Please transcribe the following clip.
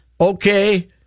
okay